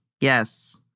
yes